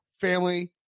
family